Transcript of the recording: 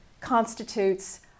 constitutes